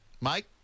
Mike